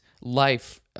life